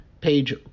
page